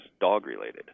dog-related